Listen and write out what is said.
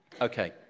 Okay